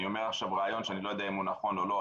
אני אומר עכשיו רעיון שאני לא יודע אם הוא נכון או לא,